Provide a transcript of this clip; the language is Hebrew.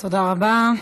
תודה רבה.